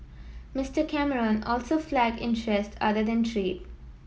Mister Cameron also flagged interest other than trade